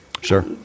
Sure